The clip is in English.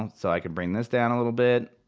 so i can bring this down a little bit.